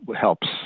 helps